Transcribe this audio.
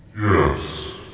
Yes